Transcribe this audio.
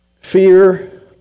Fear